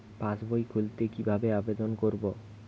পাসবই খুলতে কি ভাবে আবেদন করব?